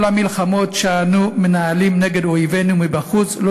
כל המלחמות שאנו מנהלים נגד אויבינו מבחוץ לא